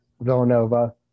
Villanova